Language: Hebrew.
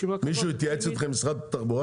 מישהו במשרד התחבורה התייעץ